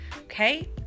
Okay